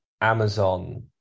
Amazon